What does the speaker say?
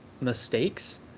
mistakes